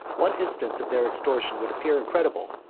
one instance of their extortion would appear incredible,